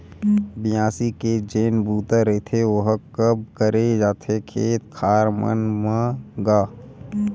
बियासी के जेन बूता रहिथे ओहा कब करे जाथे खेत खार मन म गा?